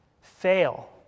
fail